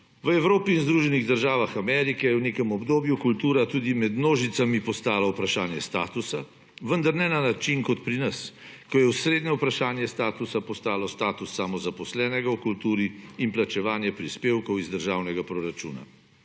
V Evropi in Združenih državah Amerike v nekem obdobju je kultura tudi med množicami postala vprašanje statusa, vendar ne na način kot pri nas, ko je osrednje vprašanje statusa postalo status samozaposlenega v kulturi in plačevanje prispevkov iz državnega proračuna.